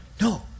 No